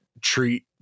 treat